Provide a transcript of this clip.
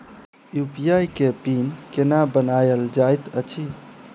UPI केँ pin केना बनायल जाइत अछि